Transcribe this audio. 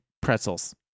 pretzels